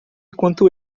quanto